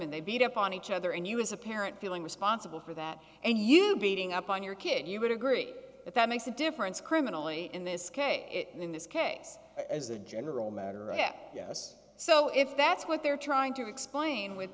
and they beat up on each other and you as a parent feeling responsible for that and you beating up on your kid you would agree that that makes a difference criminally in this case in this case as a general matter yes so if that's what they're trying to explain with